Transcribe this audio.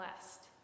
blessed